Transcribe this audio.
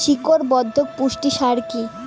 শিকড় বর্ধক পুষ্টি সার কি?